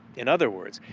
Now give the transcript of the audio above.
in other words,